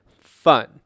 fun